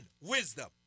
wisdom